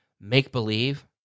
make-believe